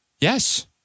Yes